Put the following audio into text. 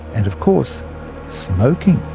and of course smoking.